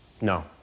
No